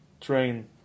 train